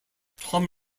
tom